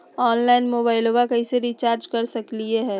Online मोबाइलबा कैसे recharge कर सकलिए है?